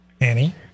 Annie